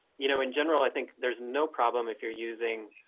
you know, in general, i think there's no problem if you're using